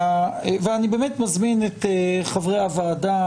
אני באמת מזמין את חברי הוועדה,